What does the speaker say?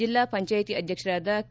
ಜಿಲ್ಲಾ ಪಂಚಾಯಿತಿ ಅಧ್ಯಕ್ಷರಾದ ಕೆ